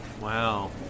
Wow